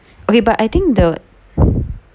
okay but I think the